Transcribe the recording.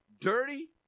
Dirty